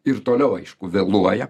ir toliau aišku vėluoja